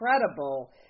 incredible